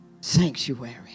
sanctuary